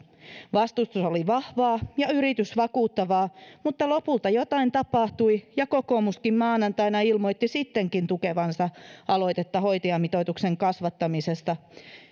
vastustus oli vahvaa ja yritys vakuuttavaa mutta lopulta jotain tapahtui ja kokoomuskin maanantaina ilmoitti sittenkin tukevansa aloitetta hoitajamitoituksen kasvattamisesta